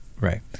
Right